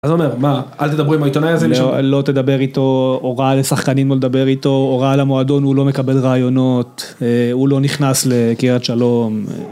אז אומר מה, אל תדבר עם העיתונאי הזה. לא תדבר איתו הוראה לשחקנים לא לדבר איתו הוראה למועדון הוא לא מקבל רעיונות הוא לא נכנס לקריית שלום